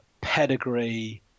pedigree